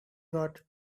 got